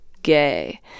gay